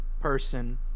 person